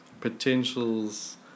potentials